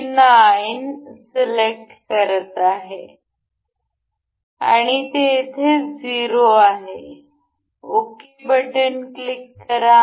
49 select करत आहे आणि ते येथे 0 आहे ओके बटन क्लिक करा